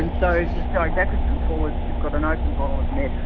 and so just going backwards and forwards, you've got an open bottle of meths.